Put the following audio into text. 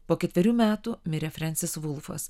po ketverių metų mirė frensis volfas